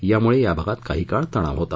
यामुळे या भागात काही काळ तणाव होता